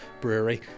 brewery